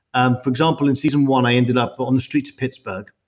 um for example, in season one i ended up on the streets of pittsburgh,